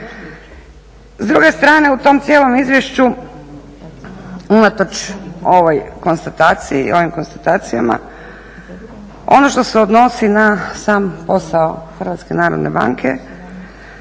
S druge strane u tom cijelom izvješću unatoč ovim konstatacijama, ono što se odnosi na sam posao HNB-a